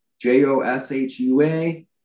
J-O-S-H-U-A